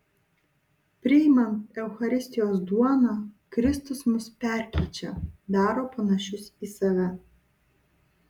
priimant eucharistijos duoną kristus mus perkeičia daro panašius į save